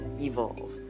Evolve